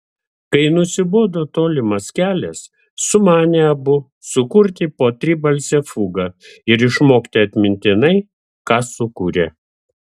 kai nusibodo tolimas kelias sumanė abu sukurti po tribalsę fugą ir išmokti atmintinai ką sukūrė